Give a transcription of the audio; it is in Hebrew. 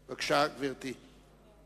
בבקשה, גברתי.